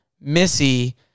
Missy